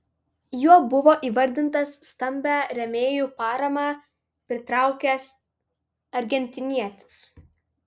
juo buvo įvardintas stambią rėmėjų paramą pritraukęs argentinietis